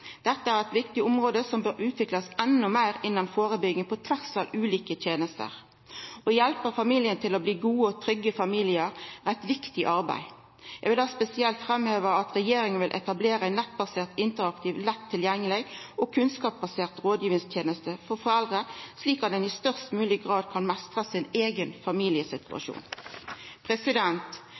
Dette er eit viktig område som bør utviklast endå meir innan førebygging, på tvers av ulike tenester. Å hjelpa familiar til å bli gode og trygge er eit viktig arbeid. Eg vil spesielt framheva at regjeringa vil etablera ei nettbasert, interaktiv, lett tilgjengeleg og kunnskapsbasert rådgivingsteneste for foreldre, slik at ein i størst mogleg grad kan meistra sin eigen familiesituasjon.